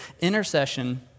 intercession